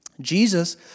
Jesus